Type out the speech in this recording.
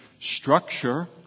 structure